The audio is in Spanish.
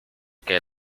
que